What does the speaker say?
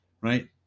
right